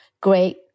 great